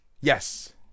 yes